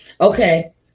Okay